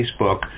Facebook